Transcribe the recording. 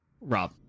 Rob